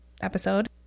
episode